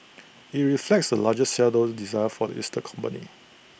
IT reflects the largest shareholder's desire for the listed company